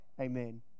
Amen